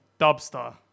Dubstar